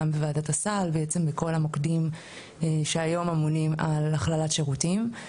גם בוועדת הסל ובעצם בכל הגורמים שאמונים היום על הכללת שירותים.